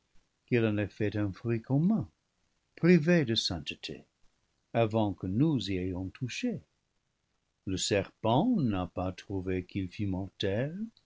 qu'il en a fait un fruit commun privé de sainteté avant que nous y ayons touché le serpent n'a pas trouvé qu'il fût